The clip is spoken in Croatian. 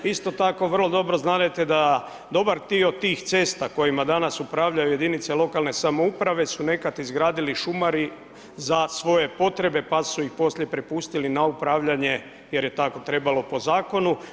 Isto tako vrlo dobro znadete da dobar dio tih cesta kojima danas upravljaju jedinice lokalne samouprave su nekad izgradili šumari za svoje potrebe pa su ih poslije prepustili na upravljanje jer je tako trebalo po zakonu.